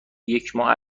یکماه